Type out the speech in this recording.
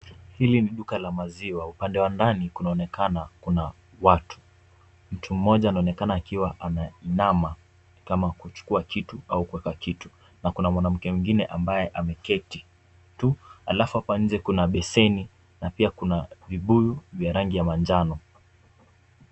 Hili ni duka la maziwa upande wa ndani kunaonekana kuna watu ,mtu mmoja anaonekana akiwa anainama kama kuchukua kitu au kuweka kitu ,na kuna mwanamke mwingine ambaye ameketi tu , alafu hapa nje kuna beseni na pia kuna vibuyu vya rangi ya manjano.